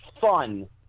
fun